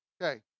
Okay